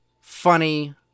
funny